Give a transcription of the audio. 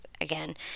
Again